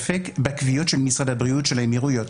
בקביעות של משרד הבריאות של האמירויות,